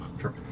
Sure